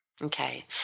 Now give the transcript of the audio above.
Okay